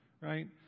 right